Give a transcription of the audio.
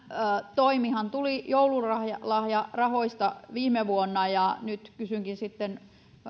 toimihan tuli joululahjarahoista viime vuonna ja nyt kysynkin sitten